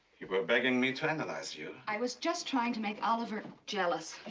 were begging me to analyze you. i was just trying to make oliver jealous.